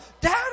Dad